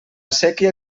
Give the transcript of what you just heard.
séquia